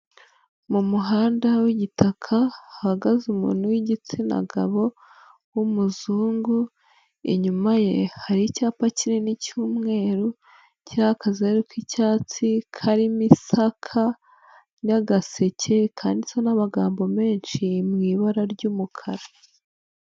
Mumuhanda w'igitaka hahagaze umuntu w'igitsina gabo w'umuzungu inyuma ye hari icyapa kinini cy'umweru cyiriho akazeru k'icyatsi karimo isaka n'agaseke kanditseho n'amagambo menshi mu ibara ry'umukara.